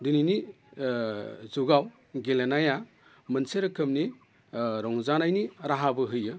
दिनैनि जुगाव गेलेनाया मोनसे रोखोमनि रंजानायनि राहाबो होयो